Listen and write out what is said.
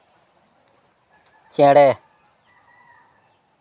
ᱪᱮᱬᱮ